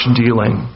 dealing